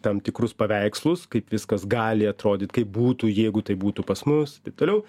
tam tikrus paveikslus kaip viskas gali atrodyt kaip būtų jeigu tai būtų pas mus taip toliau